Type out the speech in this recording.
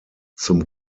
zum